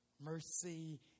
Mercy